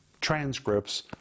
transcripts